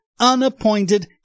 unappointed